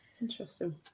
interesting